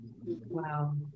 Wow